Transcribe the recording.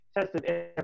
tested